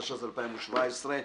התשע"ז-2017.